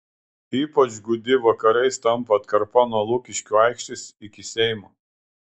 ypač gūdi vakarais tampa atkarpa nuo lukiškių aikštės iki seimo